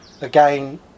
again